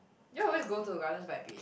you all always go to Gardens-by-the-Bay